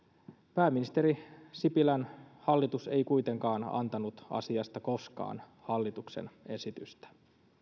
pääministeri sipilän hallitus ei kuitenkaan koskaan antanut asiasta hallituksen esitystä